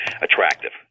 attractive